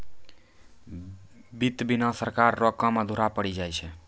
वित्त बिना सरकार रो काम अधुरा पड़ी जाय छै